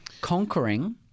Conquering